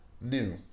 new